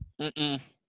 Mm-mm